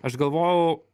aš galvojau